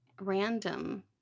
random